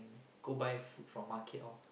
go buy food from market all